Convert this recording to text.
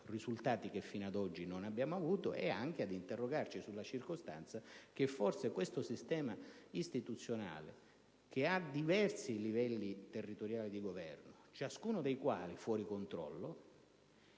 risultato che fino ad oggi non abbiamo avuto, e ad interrogarci sulla circostanza che forse questo sistema istituzionale, che ha diversi livelli territoriali di governo, ciascuno dei quali fuori controllo,